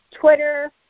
Twitter